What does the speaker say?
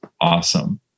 awesome